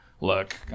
Look